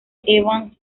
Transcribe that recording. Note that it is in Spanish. evans